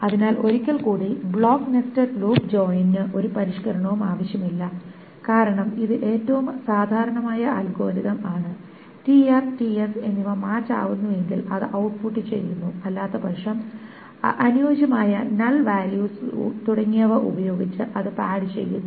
അതിനാൽ ഒരിക്കൽക്കൂടി block nested loop ജോയിനിന് ഒരു പരിഷ്ക്കരണവും ആവശ്യമില്ല കാരണം ഇത് ഏറ്റവും സാധാരണമായ അൽഗോരിതം ആണ് tr ts എന്നിവ മാച്ച് ആവുന്നു എങ്കിൽ അത് ഔട്ട്പുട്ട് ചെയ്യുന്നു അല്ലാത്തപക്ഷം അനുയോജ്യമായ നൾ വാല്യൂസ് തുടങ്ങിയവ ഉപയോഗിച്ച അത് പാഡ് ചെയ്യുന്നു